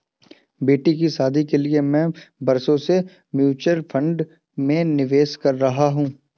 बेटी की शादी के लिए मैं बरसों से म्यूचुअल फंड में निवेश कर रहा हूं